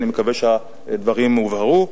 אני מקווה שהדברים הובהרו.